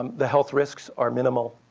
um the health risks are minimal.